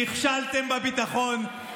נכשלתם בביטחון.